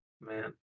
Man